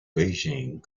beijing